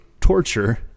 torture